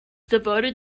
devoted